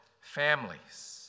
families